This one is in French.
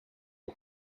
est